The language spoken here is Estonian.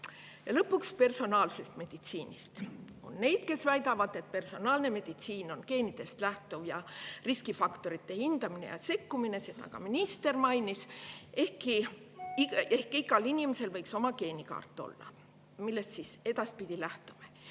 Lõpuks personaalsest meditsiinist. On neid, kes väidavad, et personaalne meditsiin on geenidest lähtuv riskifaktorite hindamine ja sekkumine – seda ka minister mainis – ehk igal inimesel võiks olla oma geenikaart, millest siis edaspidi lähtutakse.